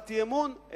הצבעת אי-אמון,